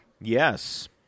Yes